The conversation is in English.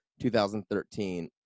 2013